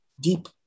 deep